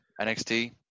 NXT